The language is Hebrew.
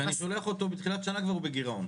שאני שולח אותו, כבר בתחילת שנה כבר הוא בגרעון.